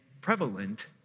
prevalent